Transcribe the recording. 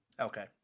Okay